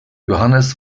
johannes